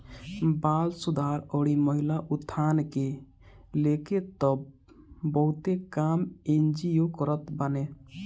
बाल सुधार अउरी महिला उत्थान के लेके तअ बहुते काम एन.जी.ओ करत बाने